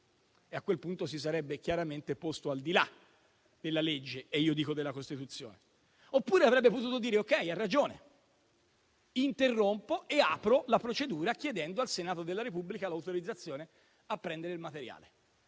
a quel punto si sarebbe chiaramente posto al di là della legge e io dico della Costituzione. Oppure, avrebbe potuto dire: ha ragione, interrompo e apro la procedura chiedendo al Senato della Repubblica l'autorizzazione a prendere il materiale.